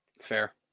Fair